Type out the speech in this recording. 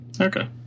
Okay